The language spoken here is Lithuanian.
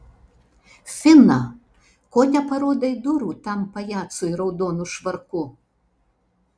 fina ko neparodai durų tam pajacui raudonu švarku